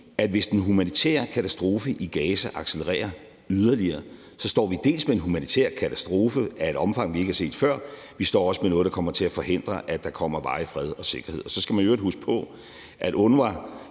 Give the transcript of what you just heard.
vi, hvis den humanitære katastrofe i Gaza accelererer yderligere, så dels står med en humanitær katastrofe af et omfang, vi ikke har set før, dels står med noget, som kommer til at forhindre, at der kommer varig fred og sikkerhed. Så skal man i øvrigt huske på, at UNRWA